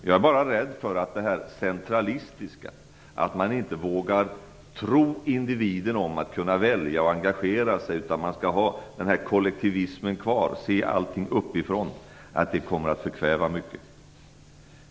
Jag är bara rädd för att det centralistiska, att man inte vågar tro individen om att kunna välja och engagera sig utan man skall ha kollektivismen kvar och se allting uppifrån, kommer att kväva mycket.